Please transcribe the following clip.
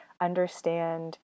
understand